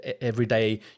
everyday